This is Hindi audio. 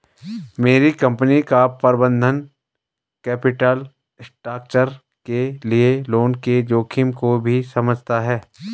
मेरी कंपनी का प्रबंधन कैपिटल स्ट्रक्चर के लिए लोन के जोखिम को भी समझता है